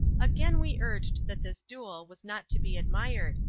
again we urged that this duel was not to be admired,